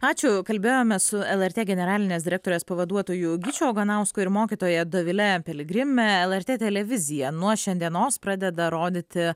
ačiū kalbėjome su lrt generalinės direktorės pavaduotoju gyčiu oganausku ir mokytoja dovile piligrime lrt televizija nuo šiandienos pradeda rodyti